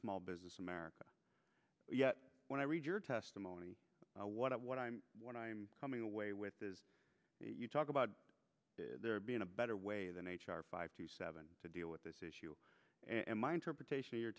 small business america yet when i read your testimony what what i'm what i'm coming away with is that you talk about there being a better way than h r five to seven to deal with this issue and my interpretation of your